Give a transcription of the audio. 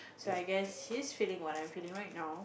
so I guess he's feeling what I'm feeling right now